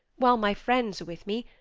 while my friends are with me,